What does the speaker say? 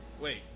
Wait